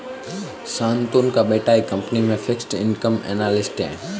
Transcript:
शांतनु का बेटा एक कंपनी में फिक्स्ड इनकम एनालिस्ट है